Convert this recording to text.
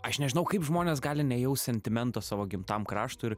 aš nežinau kaip žmonės gali nejaust sentimento savo gimtam kraštui ir